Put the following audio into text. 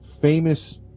famous